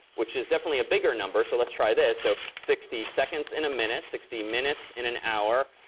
which is definitely a bigger number. so let's try this. so sixty seconds in a minute, sixty minutes in an hour,